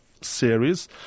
series